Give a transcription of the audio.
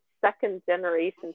second-generation